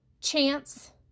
chance